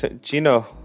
Gino